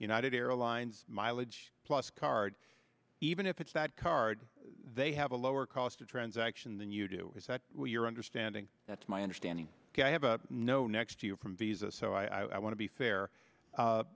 united airlines mileage plus card even if it's that card they have a lower cost of transaction than you do is that your understanding that's my understanding i have a no next year from visa so i want to be fair